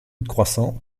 croissant